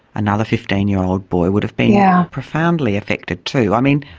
another fifteen year old boy, would have been yeah profoundly affected too. i mean,